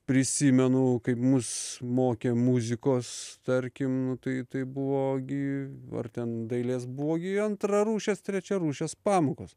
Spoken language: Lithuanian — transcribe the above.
prisimenu kaip mus mokė muzikos tarkim tai tai buvo gi ar ten dailės buvo gi antrarūšės trečiarūšės pamokos